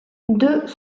deux